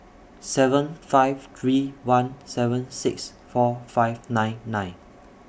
seven five three one seven six four five nine nine